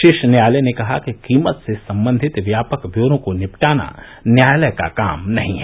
शीर्ष न्यायालय ने कहा कि कीमत से संबंधित व्यापक व्यौरों को निपटाना न्यायालय का काम नहीं है